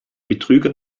betrüger